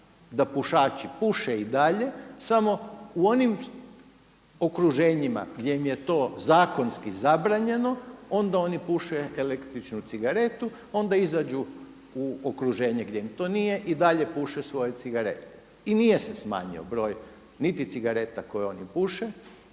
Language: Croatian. da pušači puše i dalje samo u onim okruženjima gdje im je to zakonski zabranjeno, onda oni puše električnu cigaretu, onda izađu u okruženje gdje im to nije i dalje puše svoje cigarete. I nije se smanjio broj niti cigareta koje oni puše,